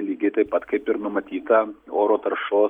lygiai taip pat kaip ir numatyta oro taršos